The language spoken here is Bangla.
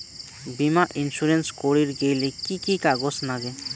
বীমা ইন্সুরেন্স করির গেইলে কি কি কাগজ নাগে?